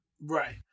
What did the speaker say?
Right